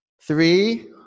Three